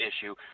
issue